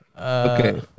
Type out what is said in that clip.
Okay